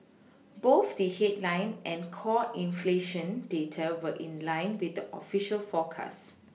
both the headline and core inflation data were in line with the official forecast